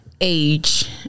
Age